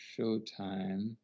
showtime